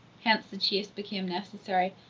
hence the chase became necessary,